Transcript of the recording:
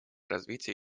развития